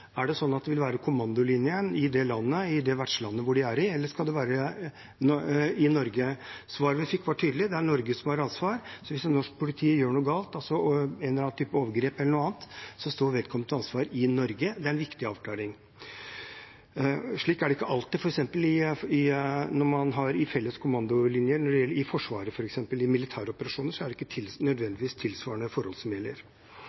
det være kommandolinjen i det vertslandet de er i, eller vil det være i Norge? Svaret vi fikk var tydelig. Det er Norge som har ansvaret. Hvis norsk politi gjør noe galt, om det er en eller annen type overgrep eller noe annet, står vedkommende til ansvar i Norge. Det er en viktig avklaring. Slik er det ikke alltid. For eksempel når man har felles kommandolinjer i Forsvaret, i militæroperasjoner, er det ikke